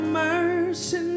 mercy